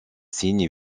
signes